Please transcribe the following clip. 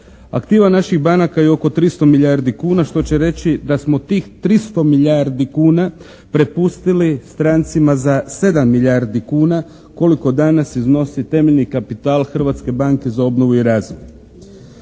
Aktiva naših banaka je oko 300 milijardi kuna što će reći da smo tih 300 milijardi kuna prepustili strancima za 7 milijardi kuna koliko danas iznosi temeljni kapital Hrvatske banke za obnovu i razvoj.